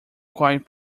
quite